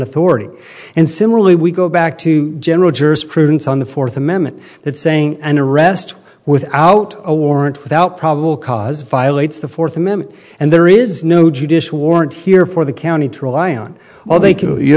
authority and similarly we go back to general jurisprudence on the fourth amendment that saying an arrest without a warrant without probable cause violates the fourth amendment and there is no judicial warrant here for the county to rely on or they